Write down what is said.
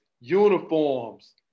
uniforms